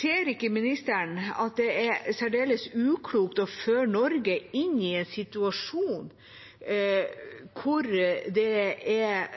Ser ikke ministeren at det er særdeles uklokt å føre Norge inn i en situasjon hvor det er